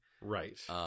Right